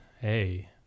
Hey